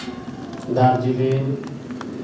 Darjeeling